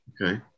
Okay